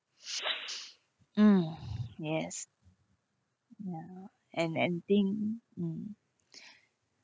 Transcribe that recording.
mm yes ya and and thing mm